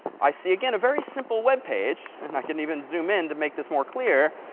i see again, a very simple web page. and i can even zoom in to make this more clear.